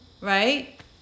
right